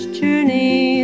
journey